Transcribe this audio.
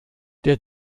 der